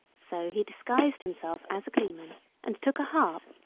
so he disguised himself as a gleeman and took a harp,